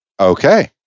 Okay